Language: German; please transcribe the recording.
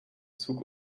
zug